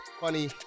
funny